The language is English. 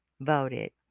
voted